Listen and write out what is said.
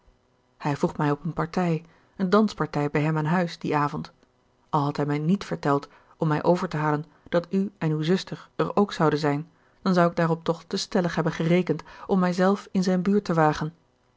hij vroeg mij op een partij een danspartij bij hem aan huis dien avond al had hij mij niet verteld om mij over te halen dat u en uwe zuster er ook zouden zijn dan zou ik daarop toch te stellig hebben gerekend om mijzelf in zijne buurt te wagen